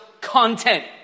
content